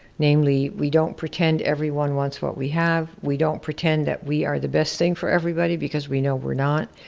namely, we don't pretend everyone wants what we have, we don't pretend that we are the best thing for everybody, because we know we're not.